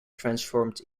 transformed